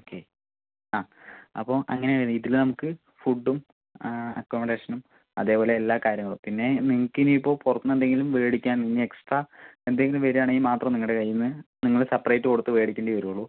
okay ആ അപ്പോൾ അങ്ങനെ വീട്ടിൽ നമുക്ക് ഫുഡും അക്കോമഡേഷനും അതേപോലെ എല്ലാ കാര്യങ്ങളും പിന്നെ നിങ്ങൾക്ക് ഇനി ഇപ്പോൾ പുറത്തു നിന്ന് എന്തെങ്കിലും മേടിക്കാൻ ഇനി എക്സ്ട്രാ എന്തെങ്കിലും വരികയാണെങ്കിൽ മാത്രം നിങ്ങളുടെ കൈയ്യിൽ നിന്ന് നിങ്ങൾ സെപ്പറേറ്റ് കൊടുത്ത് മേടിക്കേണ്ടി വരൂള്ളൂ